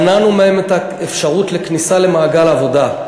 מנענו מהם את אפשרות הכניסה למעגל העבודה.